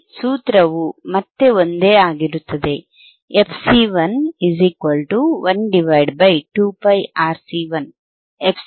ಇಲ್ಲಿ ಸೂತ್ರವು ಮತ್ತೆ ಒಂದೇ ಆಗಿರುತ್ತದೆ